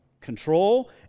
Control